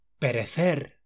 Perecer